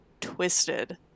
twisted